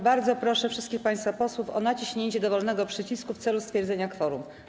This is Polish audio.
Bardzo proszę wszystkich państwa posłów o naciśnięcie dowolnego przycisku w celu stwierdzenia kworum.